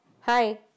Hi